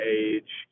age